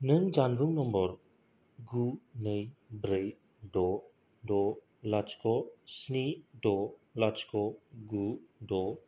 नों जानबुं नम्बर गु नै ब्रै द' द' लाथिख' स्नि द' लाथिख' गु द'